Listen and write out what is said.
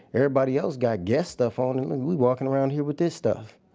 everybody else got guess stuff on and we walking around here with this stuff.